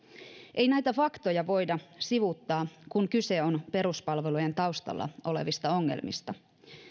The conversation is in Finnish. ei näitä faktoja voida sivuuttaa kun kyse on peruspalvelujen taustalla olevista ongelmista